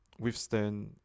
withstand